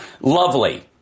lovely